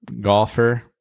golfer